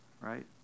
right